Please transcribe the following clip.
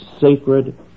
sacred